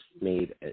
made